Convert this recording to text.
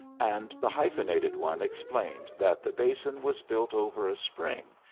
and the hyphenated one explained that the basin was built over a spring,